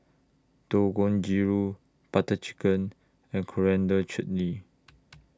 Dangojiru Butter Chicken and Coriander Chutney